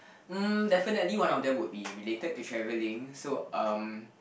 mm definitely one of them would be related to travelling so um